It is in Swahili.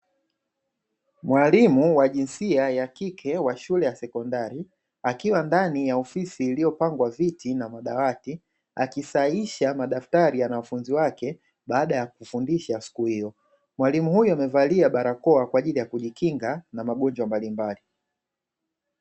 Mwalimu wa jinsia ya kike wa shule ya sekondari, akiwa ndani ya ofisi iliyopangwa viti na madawati, akisahihisha madaftari ya wanafunzi wake baada ya kufundisha siku hiyo. Mwalimu amevalia barakoa kwa ajili ya kujikinga na magonjwa mbalimbali.